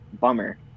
bummer